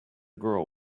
girl